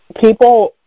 people